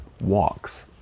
walks